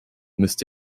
müsst